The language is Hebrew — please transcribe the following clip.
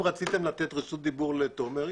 אם רציתם לתת רשות דיבור לתומר,